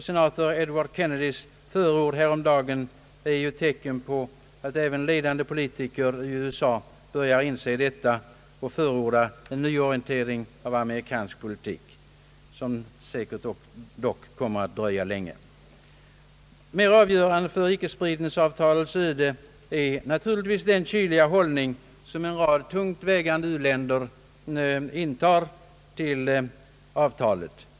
Senator Edward Kennedys förord häromdagen är ett tecken på att även ledande politiker i USA börjar inse detta och förordar en nyorientering av amerikansk politik — som dock säkert kommer att dröja länge. Mer avgörande för icke-spridningsavtalets öde är naturligtvis den kyliga hållning som en rad tungt vägande uländer, som jag tidigare nämnt, intar till avtalet.